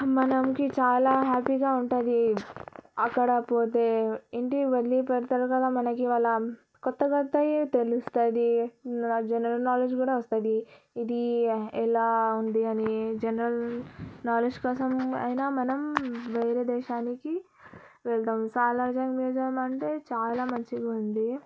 మనంకి చాలా హ్యాపీగా ఉంటుంది అక్కడ పోతే ఇంటికి వెళ్లి పెడతారు కదా మనకి వాళ్ళ కొత్త కొత్తయి తెలుస్తుంది జనరల్ నాలెడ్జ్ కూడా వస్తుంది ఇది ఎలా ఉంది అని జనరల్ నాలెడ్జ్ కోసం అయినా మనం వేరే దేశానికి వెళ్తాం సాలార్జంగ్ మ్యూజియం అంటే చాలా మంచిగా ఉంది